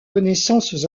connaissances